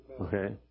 Okay